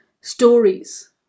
stories